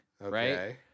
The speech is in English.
Right